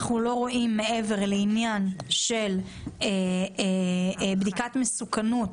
אנחנו לא רואים מעבר לעניין של בדיקת מסוכנות